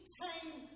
came